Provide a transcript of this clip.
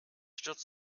stürzt